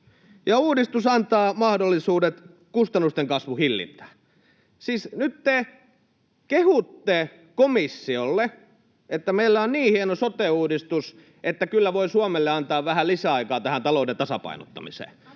uudistus antaa mahdollisuudet kustannusten kasvun hillintään.” Siis nyt te kehutte komissiolle, että meillä on niin hieno sote-uudistus, että kyllä voi Suomelle antaa vähän lisäaikaa tähän talouden tasapainottamiseen,